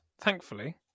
thankfully